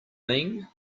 mean